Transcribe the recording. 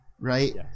right